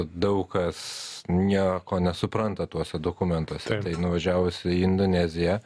daug kas nieko nesupranta tuose dokumentuose tai nuvažiavus į indoneziją